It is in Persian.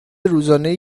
روزانهای